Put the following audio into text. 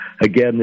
Again